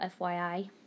FYI